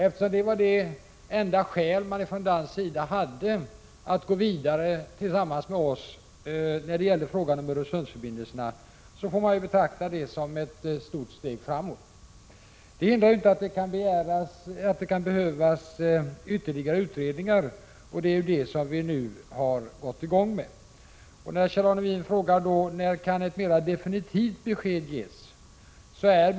Eftersom detta var det enda skäl som anfördes från dansk sida för att gå vidare tillsammans med oss när det gäller frågan om Öresundsförbindelserna, får man ju betrakta det som ett stort steg framåt. Men det hindrar inte att det kan behövas ytterligare utredningar, och det är det som vi nu har satt i gång med. Kjell-Arne Welin frågar när ett mera definitivt besked kan ges.